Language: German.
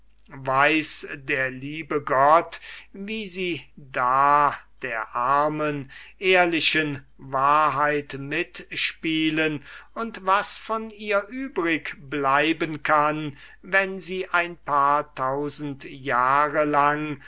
weiß der liebe gott wie sie da der armen ehrlichen wahrheit mitspielen und was von ihr übrig bleiben kann wenn sie ein paar tausend jahre lang